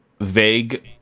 vague